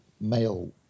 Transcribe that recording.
male